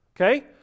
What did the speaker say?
Okay